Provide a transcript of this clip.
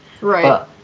Right